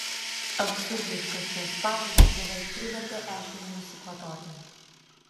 absurdiškas jos pažadas beveik privertė ešerį nusikvatoti